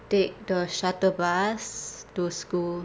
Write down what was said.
take the shuttle bus to school